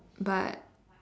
but